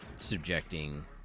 subjecting